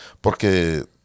porque